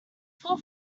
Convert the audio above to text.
four